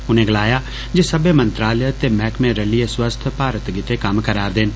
उनें गलाया जे सब्बे मंत्रालय ते मैहकमे रल्लियै स्वस्थ भारत गितै कम्म करार देन